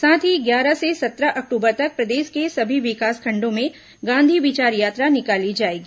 साथ ही ग्यारह से सत्रह अक्टूबर तक प्रदेश के सभी विकासखंडों में गांधी विचार यात्रा निकाली जाएगी